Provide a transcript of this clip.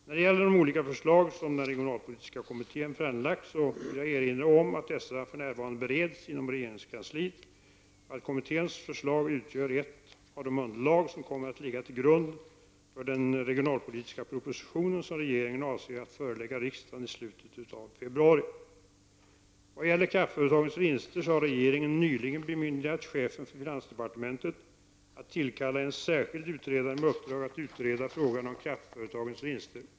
När det gäller de olika förslag som den regionalpolitiska kommittén framlagt vill jag erinra om att dessa för närvarande bereds inom regeringskansliet och att kommitténs förslag utgör ett av de underlag som kommer att ligga till grund för den regionalpolitiska proposition som regeringen avser att förelägga riksdagen i slutet av februari. Vad gäller kraftföretagens vinster så har regeringen nyligen bemyndigat chefen för finansdepartementet att tillkalla en särskild utredare med uppdrag att utreda frågan om kraftföretagens vinster .